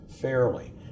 fairly